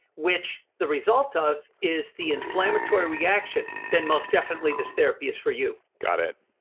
which the result of is the inflammatory reaction, then most definitely this therapy is for you got it.